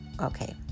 okay